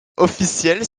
officielles